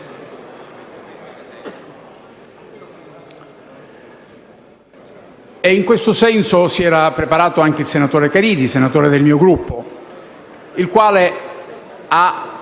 In questo senso si era preparato anche il senatore Caridi, che appartiene al mio Gruppo, il quale ha